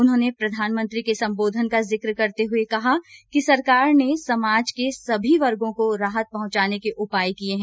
उन्होंने प्रधानमंत्री के संबोधन का जिक्र करते हुए कहा कि सरकार ने समाज के सभी वर्गो को राहत पहुंचाने के उपाय किए हैं